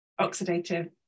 oxidative